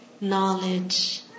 Knowledge